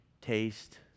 taste